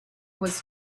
was